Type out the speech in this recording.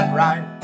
right